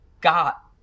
got